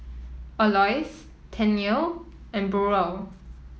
Aloys Tennille and Burrell